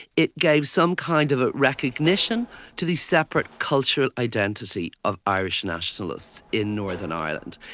it gave some kind of recognition to the separate cultural identity of irish nationalists in northern ireland.